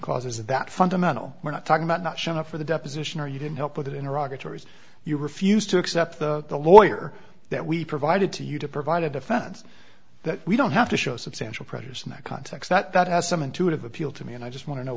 causes that fundamental we're not talking about not showing up for the deposition or you didn't help with it in iraq or tories you refused to accept the the lawyer that we provided to you to provide a defense that we don't have to show substantial pressures in that context that has some intuitive appeal to me and i just want to know